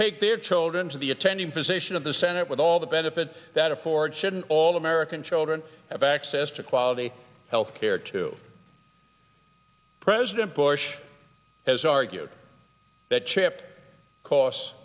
take their children to the attending physician of the senate with all the benefits that afford shouldn't all american children have access to quality health care to president bush has argued that chip costs